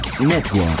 Network